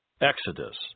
Exodus